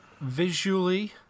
Visually